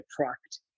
attract